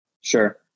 Sure